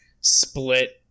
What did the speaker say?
split